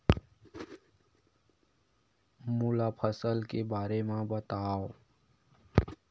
मोला फसल के बारे म बतावव?